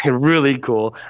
and really cool.